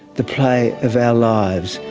the play of our lives,